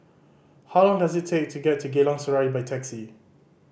how long does it take to get to Geylang Serai by taxi